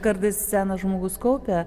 kartais senas žmogus kaupia